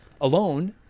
Alone